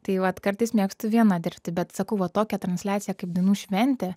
tai vat kartais mėgstu viena dirbti bet sakau va tokią transliaciją kaip dainų šventė